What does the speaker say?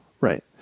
right